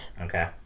Okay